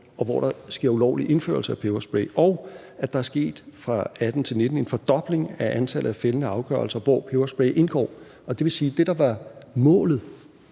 og hvor der sker ulovlig indførsel af peberspray. Og at der fra 2018 til 2019 er sket en fordobling af antallet af fældende afgørelser, hvori peberspray indgår. Det vil sige, at det, der var målet